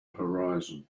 horizon